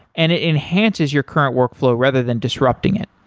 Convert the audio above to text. and it enhances your current workflow rather than disrupting it.